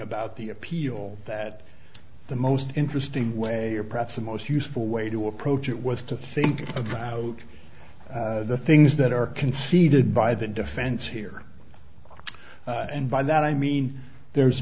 about the appeal that the most interesting way or perhaps the most useful way to approach it was to think about the things that are conceded by the defense here and by that i mean there